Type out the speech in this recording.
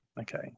okay